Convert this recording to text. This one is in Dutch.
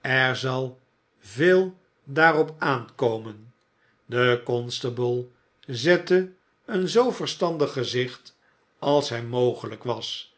er zal veel daarop aankomen de constable zette een zoo verstandig gezicht als hem mogelijk was